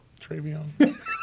Travion